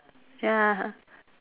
ya